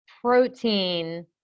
protein